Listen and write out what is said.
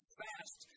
fast